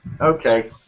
Okay